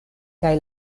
kaj